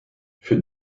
für